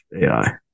AI